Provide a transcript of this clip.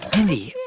mindy,